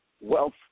wealth